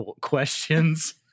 questions